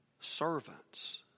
Servants